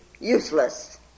useless